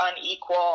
unequal